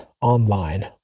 online